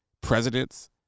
presidents